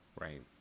right